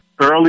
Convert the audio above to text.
early